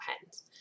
hens